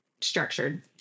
structured